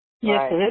Yes